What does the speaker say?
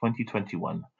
2021